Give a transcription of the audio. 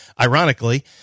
Ironically